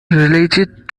related